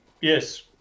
yes